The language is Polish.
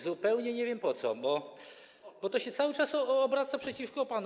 Zupełnie nie wiem po co, bo to się cały czas obraca przeciwko panu.